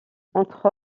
entre